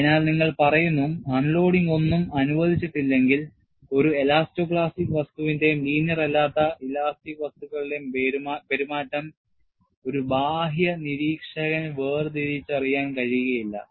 അതിനാൽ നിങ്ങൾ പറയുന്നു അൺലോഡിംഗ് ഒന്നും അനുവദിച്ചിട്ടില്ലെങ്കിൽ ഒരു എലാസ്റ്റോ പ്ലാസ്റ്റിക് വസ്തുവിന്റെയും ലീനിയർ അല്ലാത്ത ഇലാസ്റ്റിക് വസ്തുക്കളുടെയും പെരുമാറ്റം ഒരു ബാഹ്യ നിരീക്ഷകന് വേർതിരിച്ചറിയാൻ കഴിയില്ല